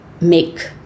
make